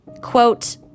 Quote